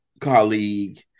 colleague